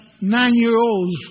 nine-year-olds